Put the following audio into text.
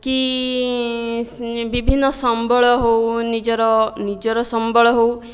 କି ବିଭିନ୍ନ ସମ୍ବଳ ହେଉ ନିଜର ନିଜର ସମ୍ବଳ ହେଉ